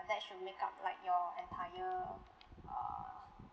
that should make up like your entire err